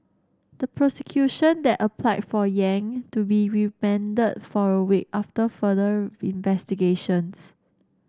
the prosecution that applied for Yang to be remanded for a week after further investigations